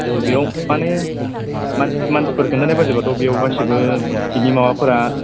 औ बेयाव माने मानसिफोर खिन्थानाय बायदिब्लाथ' बेयाव गासिबो बिदि माबाफोरा